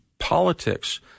politics